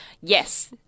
yes